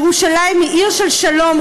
ירושלים היא עיר של שלום.